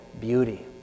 beauty